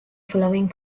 following